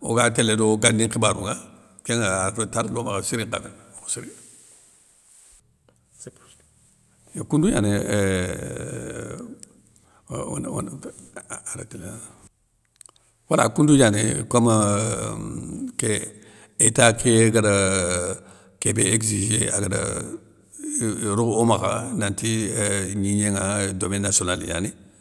oga télé do gani nkhibarounŋa, kénŋa are retar lo makha siri nkha méné mokho siri. Yo koundou gnani one arréténa. Wala koundou gnani kom état ké guada kébé éguzigé agada ro omakha nanti gnigné nŋa domaine nationale gnani.